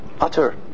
utter